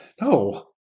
No